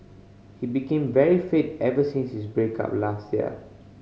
he became very fit ever since his break up last year